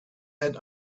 had